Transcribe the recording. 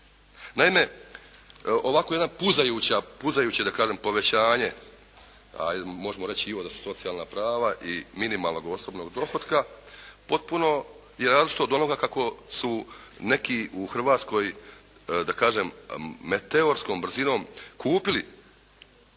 a možemo reći i … /Govornik se ne razumije./ … su socijalna prava i minimalnog osobnog dohotka potpuno je različito od onoga kako su neki u Hrvatskoj da kažem meteorskom brzinom kupili,